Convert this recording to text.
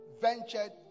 ventured